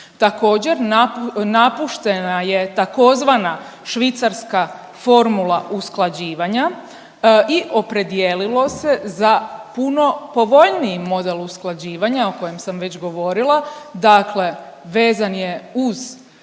Također, napuštena je tzv. švicarska formula usklađivanja i opredijelilo za puno povoljniji model usklađivanja o kojem sam već govorila, dakle vezan je uz